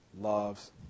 loves